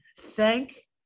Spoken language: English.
thank